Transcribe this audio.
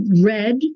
Red